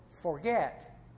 forget